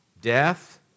death